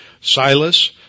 Silas